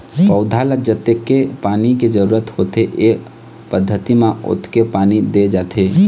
पउधा ल जतके पानी के जरूरत होथे ए पद्यति म ओतके पानी दे जाथे